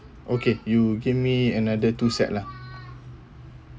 okay you give me another two set lah